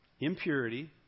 impurity